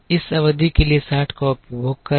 इस अवधि के लिए 60 का उपभोग करें